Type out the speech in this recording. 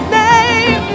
name